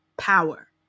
power